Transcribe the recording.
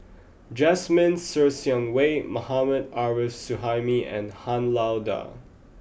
Jasmine Ser Xiang Wei Mohammad Arif Suhaimi and Han Lao Da